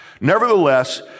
Nevertheless